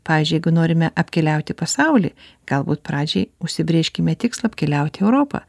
pavyzdžiui jeigu norime apkeliauti pasaulį galbūt pradžiai užsibrėžkime tikslą apkeliauti europą